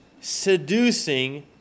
Seducing